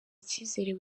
icyizere